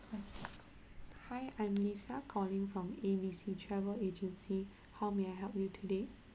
hi I'm lisa calling from A B C travel agency how may I help you today